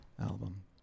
album